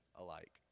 alike